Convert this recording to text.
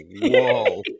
whoa